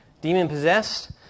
demon-possessed